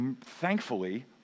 thankfully